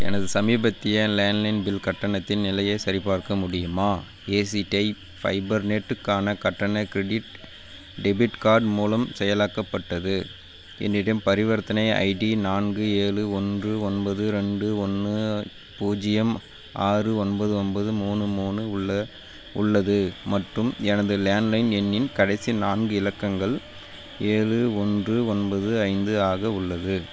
எனது சமீபத்திய landline bill கட்டணத்தின் நிலையைச் சரிபார்க்க முடியுமா ஏசிடி ஃபைபர்நெட்டுக்கான கட்டண க்ரெடிட் டெபிட் கார்ட் மூலம் செயலாக்கப்பட்டது என்னிடம் பரிவர்த்தனை ஐடி நான்கு ஏழு ஒன்று ஒன்பது ரெண்டு ஒன்னு பூஜ்ஜியம் ஆறு ஒன்பது ஒன்பது மூணு மூணு உள்ள உள்ளது மற்றும் எனது லேண்ட்லைன் எண்ணின் கடைசி நான்கு இலக்கங்கள் ஏழு ஒன்று ஒன்பது ஐந்து ஆக உள்ளது